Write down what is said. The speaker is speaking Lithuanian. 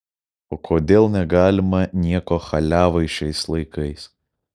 o kodėl negalima nieko chaliavai šiais laikais